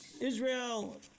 Israel